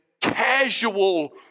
casual